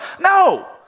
No